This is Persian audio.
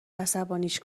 عصبانیش